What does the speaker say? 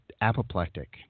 apoplectic